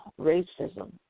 racism